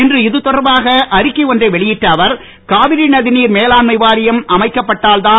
இன்று இதுதொடர்பாக அறிக்கை ஒன்றை வெளியிட்ட அவர் காவிரி ந்தி நீர் மேலாண்மை வாரியம் அமைக்கப்பட்டால்தான்